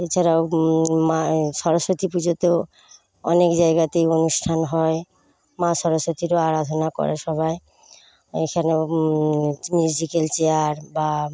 এছাড়াও মা সরস্বতী পুজোতেও অনেক জায়গাতেই অনুষ্ঠান হয় মা সরস্বতীরও আরাধনা করে সবাই এইখানেও মিউজিকাল চেয়ার বা